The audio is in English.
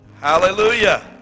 Hallelujah